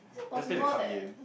let's play the card game